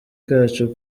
kacu